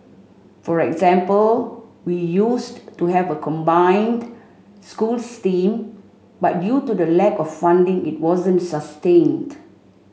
for example we used to have a combined schools team but due to a lack of funding it wasn't sustained